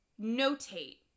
notate